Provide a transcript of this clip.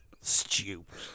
Stupid